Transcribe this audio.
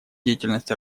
деятельность